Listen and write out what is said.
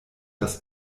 das